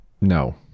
no